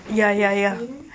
fifteen